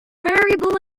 variable